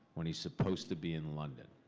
when he's supposed to be in london.